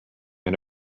and